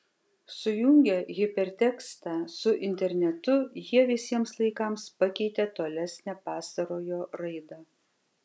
sujungę hipertekstą su internetu jie visiems laikams pakeitė tolesnę pastarojo raidą